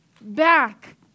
back